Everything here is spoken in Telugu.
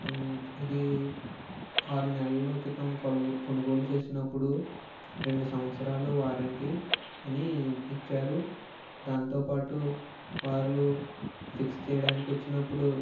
ఇది ఆరు నెలలు క్రితం కొను కొనుగోలు చేసినప్పుడు రెండు సంవత్సరాలు వారంటీ అని ఇచ్చారు దాంతోపాటు వార్లు ఫిక్స్ చేయడానికి వచ్చినప్పుడు